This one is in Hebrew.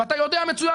ואתה יודע מצוין,